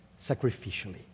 sacrificially